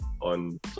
on